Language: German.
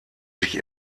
sich